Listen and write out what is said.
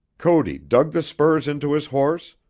cody dug the spurs into his horse,